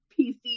PC